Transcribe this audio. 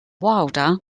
wilder